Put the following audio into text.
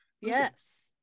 Yes